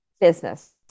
business